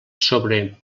sobre